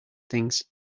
things